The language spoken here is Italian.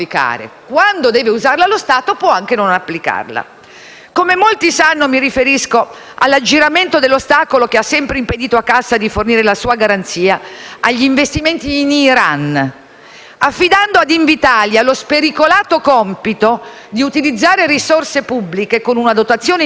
Come molti sanno, mi riferisco all'aggiramento dell'ostacolo che ha sempre impedito alla Cassa depositi e prestiti di fornire la propria garanzia agli investimenti in Iran, affidando ad Invitalia lo spericolato compito di utilizzare risorse pubbliche, con una dotazione iniziale di ben 120 milioni di euro,